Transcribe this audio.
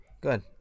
good